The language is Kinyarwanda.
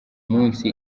munsi